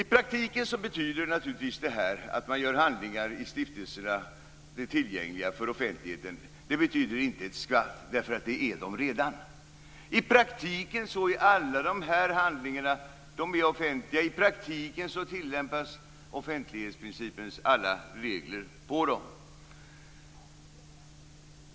I praktiken betyder reglerna om att man gör handlingar i stiftelserna tillgängliga för offentligheten inte ett skvatt, därför att det är de redan. I praktiken är alla de här handlingarna offentliga. I praktiken tillämpas offentlighetsprincipens alla regler på dem.